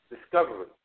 discovery